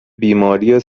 بیماری